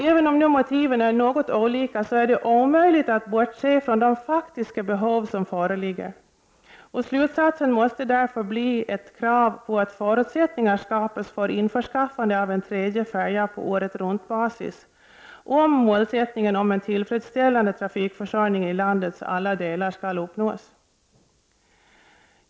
Även om motiven är något olika så är det omöjligt att bortse från de faktiska behov som föreligger. Slutsatsen måste därför bli ett krav på att förutsättningar skapas för införskaffande av en tredje färja på året-runt-basis om målsättningen om en tillfredsställande trafikförsörjning i landets alla delar skall uppnås.